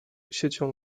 siecią